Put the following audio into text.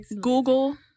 Google